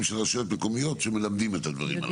של רשויות מקומיות שמלמדים את הדברים האלה.